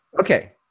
Okay